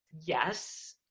Yes